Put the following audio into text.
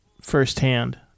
firsthand